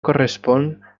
correspon